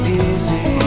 easy